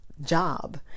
job